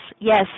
Yes